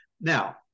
Now